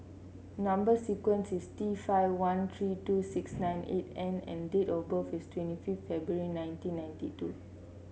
number sequence is T five one three two six nine eight N and date of birth is twenty five February nineteen ninety two